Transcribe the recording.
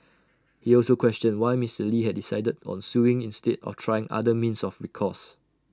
he also questioned why Mister lee had decided on suing instead of trying other means of recourse